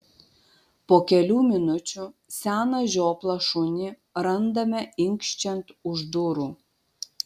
po kelių minučių seną žioplą šunį randame inkščiant už durų